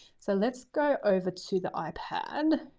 so let's go over to the ipad